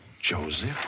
Joseph